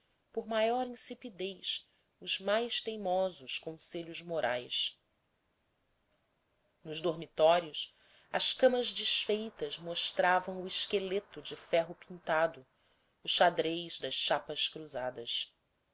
por maior insipidez os mais teimosos conselhos morais nos dormitórios as camas desfeitas mostravam o esqueleto de ferro pintado o xadrez das chapas cruzadas